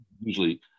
usually